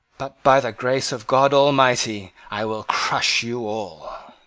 but, by the grace of god almighty, i will crush you all.